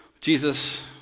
Jesus